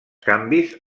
canvis